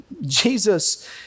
Jesus